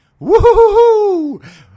Woohoo